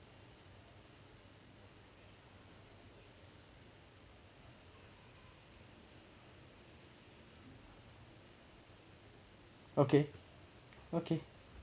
okay okay